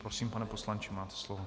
Prosím, pane poslanče, máte slovo.